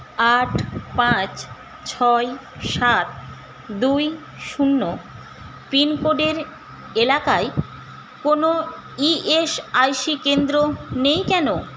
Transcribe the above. আট পাঁচ ছয় সাত দুই শূন্য পিনকোডের এলাকায় কোনও ইএসআইসি কেন্দ্র নেই কেন